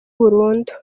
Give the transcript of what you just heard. burundu